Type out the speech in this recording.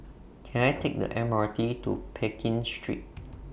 Can I Take The M R T to Pekin Street